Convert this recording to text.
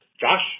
Josh